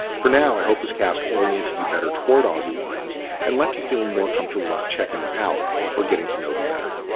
for now, i hope this cast oriented you better toward aussie wines and left you feeling more comfortable about checking them out or getting to know them better.